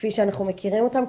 כפי שאנחנו מכירים אותם,